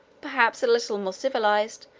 perhaps a little more civilized,